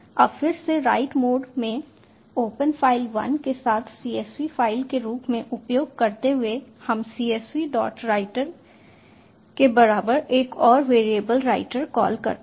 अब फिर से राइट मोड में ओपन फाइल 1 के साथ csv फाइल के रूप में उपयोग करते हुए हम csvwriter के बराबर एक और वेरिएबल राइटर कॉल करते हैं